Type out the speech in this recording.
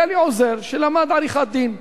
היה לי עוזר שלמד עריכת-דין.